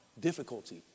difficulty